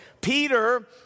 Peter